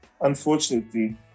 unfortunately